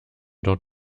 dort